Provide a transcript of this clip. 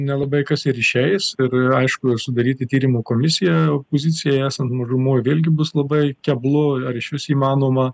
nelabai kas ir išeis ir aišku ir sudaryti tyrimų komisiją opozicijai esant mažumoj vėlgi bus labai keblu ar išvis įmanoma